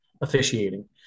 officiating